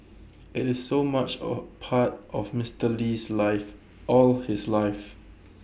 IT is so much A part of Mister Lee's life all his life